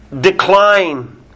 decline